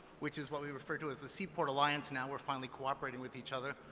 which is what we refer to as the seaport alliance now we're finally cooperating with each other,